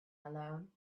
alone